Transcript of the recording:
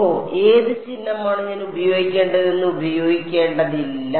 ഓ ഏത് ചിഹ്നമാണ് ഞാൻ ഉപയോഗിക്കേണ്ടത് എന്ന് ഉപയോഗിക്കേണ്ടതില്ല